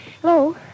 Hello